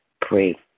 Pray